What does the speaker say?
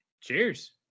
cheers